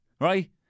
right